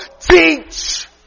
teach